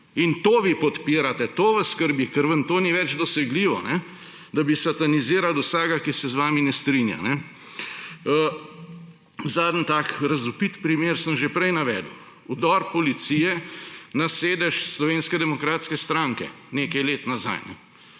In to vi podpirate, to vas skrbi, ker vam to ni več dosegljivo, da bi satanizirali vsakega, ki se z vami ne strinja. Zadnji tak razvpit primer sem že prej navedel. Vdor policije na sedež Slovenske demokratske stranke nekaj let nazaj,